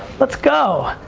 let's go.